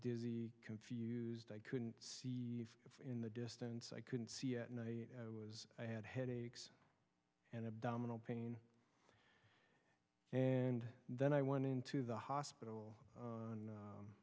dizzy confused i couldn't see eve in the distance i couldn't see at night i had headaches and abdominal pain and then i went into the hospital on